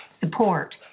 support